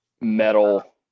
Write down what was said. metal